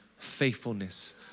faithfulness